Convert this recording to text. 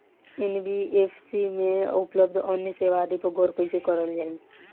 NBFC में उपलब्ध अन्य सेवा आदि पर गौर कइसे करल जाइ?